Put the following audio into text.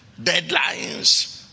deadlines